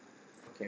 okay